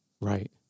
Right